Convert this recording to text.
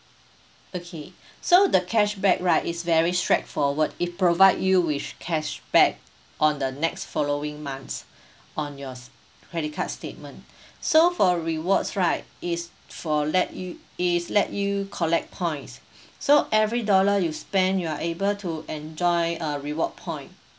okay so the cashback right it's very straightforward it provide you with cashback on the next following month on your credit card statement so for rewards right it's for let you it's let you collect points so every dollar you spend you are able to enjoy uh reward point